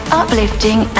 uplifting